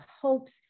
hopes